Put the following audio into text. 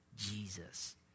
Jesus